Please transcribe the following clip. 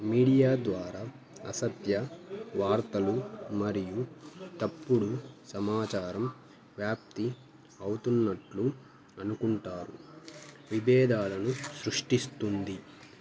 media ద్వారా అసత్య వార్తలు మరియు తప్పుడు సమాచారం వ్యాప్తి అవుతున్నట్లు అనుకుంటారు విభేదాలను సృష్టిస్తుంది